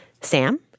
Sam